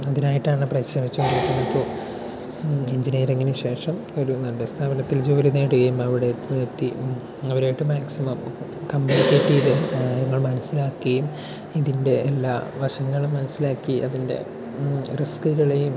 അതിനായിട്ടാണ് പരിശ്രമിച്ചുകൊണ്ടിരിക്കുന്നത് ഇപ്പോൾ എഞ്ചിനീയറിംഗിന് ശേഷം ഒരു നല്ല സ്ഥാപനത്തിൽ ജോലി നേടുകയും അവിടെ എത്തി നിർത്തി അവരുമായിട്ട് മാക്സിമം കമ്മ്യൂണിക്കേറ്റ് ചെയ്ത് ഞങ്ങൾ മനസ്സിലാക്ക്കയും ഇതിൻ്റെ എല്ലാ വശങ്ങളും മനസ്സിലാക്കി അതിൻ്റെ റിസ്കുകളേയും